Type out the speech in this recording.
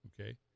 okay